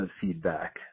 feedback